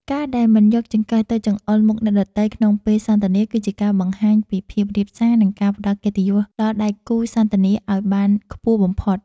ការដែលមិនយកចង្កឹះទៅចង្អុលមុខអ្នកដទៃក្នុងពេលសន្ទនាគឺជាការបង្ហាញពីភាពរាបសារនិងការផ្តល់កិត្តិយសដល់ដៃគូសន្ទនាឱ្យបានខ្ពស់បំផុត។